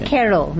Carol